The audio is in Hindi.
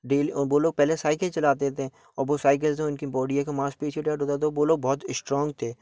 डेली वह लोग पहले साइकिल चलाते थे और वह साइकिल से उनकी बॉडी एक मांसपेशी तो वह लोग बहुत स्ट्राँग थे